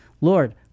Lord